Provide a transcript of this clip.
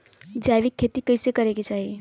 जैविक खेती कइसे करे के चाही?